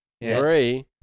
Three